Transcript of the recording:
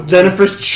Jennifer's